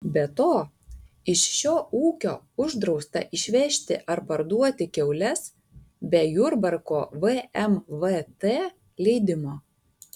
be to iš šio ūkio uždrausta išvežti ar parduoti kiaules be jurbarko vmvt leidimo